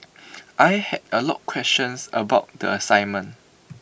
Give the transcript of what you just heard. I had A lot questions about the assignment